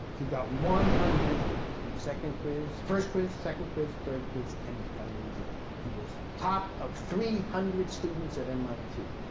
he got one hundred in the second quiz first quiz, second quiz, third quiz and the final exam. he was top of three hundred students at mit.